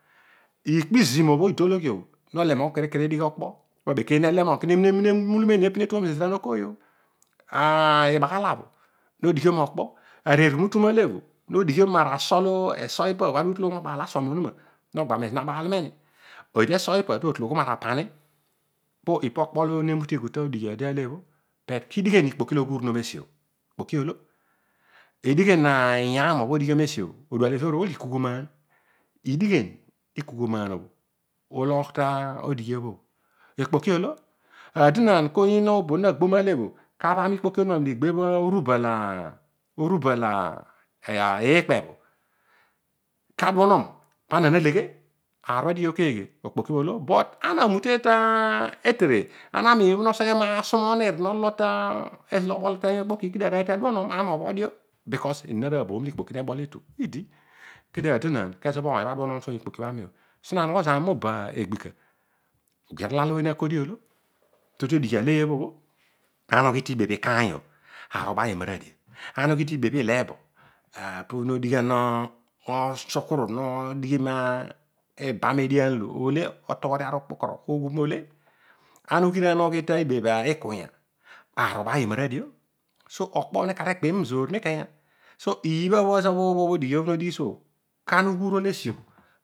Ikpo izim obho idi to loghi no temom akere odigh okpo keedi nemina emulumeni ne tuom zira ibaghalo bho nodighiom okpo erughu tugh ale obho no dighiom ana eso araso ipa no use ootolom ara apam so ipa okpolo nemuteghu to dighi. ale bho but idighen ikpoki ho koghuron om esio? Okpoki oolo idighen iaan obho odighiom esi o? Odual ezoor ughol ekugh nmaan idighen ekughu maan obho ologh to odighio? Aadon san ko oyiin ooy lo na gbo ma lebho kaabham ikpoki o mili igbeba erubal ikpe ka duonon pana leghe aar obho adighi o keeghe okpoki odo but anan amute tetere ana miin bho noseghe masumuner no logh eso oteiy okpoki ana obho dio kedio aadion aan kezobho ony obho adnono suo mikpoki obho ami o su naanogho zami obo egbika ageiy arala lo no min akodi oolo to di odighi ale bho. Ana nghi tibebh ikaiy o aruuba imara dio ana ughi tibebh ileebo pobho no digha no sukuru no teiy iban edian obe otobhory aru kpukoro ole, ana ughiraan ughi tari bebh ikunya aruuba imara dio. So okpo ibha neghim zoon mikenya. So iibha bho ezobho odighi o nodighi suo kana ughuron esiobho